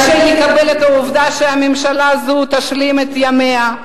קשה לקבל את העובדה שהממשלה הזאת תשלים את ימיה.